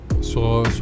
sur